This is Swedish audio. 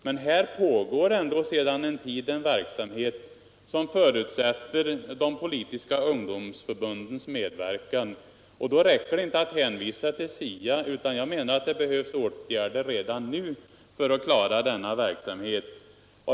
Men här pågår sedan en tid en verksamhet som förutsätter de politiska ungdomsförbundens medverkan, och då räcker det inte att hänvisa till SIA. Jag menar att det behövs åtgärder redan nu för att klara denna verksamhet.